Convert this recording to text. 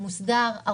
מוסדר,